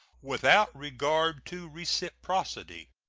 without regard to reciprocity.